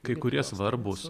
kai kurie svarbūs